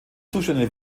zustände